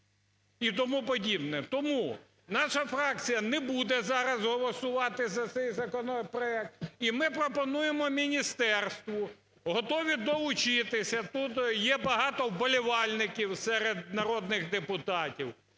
і тому подібне. Тому наша фракція не буде зараз голосувати за цей законопроект, і ми пропонуємо міністерству, готові долучитися, тут є багато вболівальників серед народних депутатів,